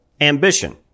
ambition